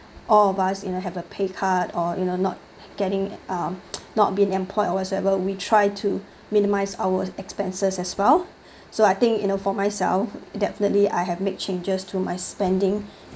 all of us you know have a pay cut or you know not getting uh not been employed whatsoever we try to minimise our expenses as well so I think you know for myself definitely I have made changes to my spending